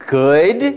good